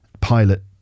pilot